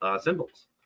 Symbols